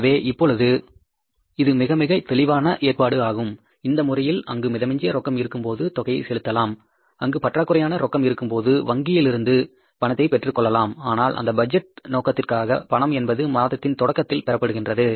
எனவே இப்பொழுது இது மிகமிக தெளிவான ஏற்பாடு ஆகும் இந்த முறையில் அங்கு மிதமிஞ்சி ரொக்கம் இருக்கும்போது தொகையை செலுத்தலாம் அங்கு பற்றாக்குறையான ரொக்கம் இருக்கும்போது வங்கியிலிருந்து பணத்தை பெற்றுக்கொள்ளலாம் ஆனால் இந்த பட்ஜெட் நோக்கத்திற்காக பணம் என்பது மாதத்தின் தொடக்கத்தில் பெறப்படுகின்றது